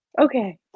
okay